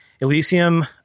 Elysium